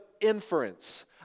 inference